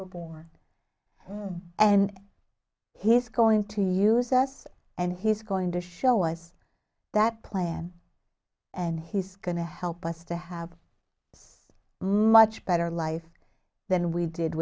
were born and he's going to use us and he's going to show us that plan and he's going to help us to have a much better life than we did